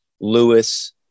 Lewis